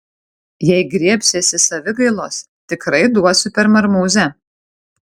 jei griebsiesi savigailos tikrai duosiu per marmūzę